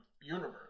universe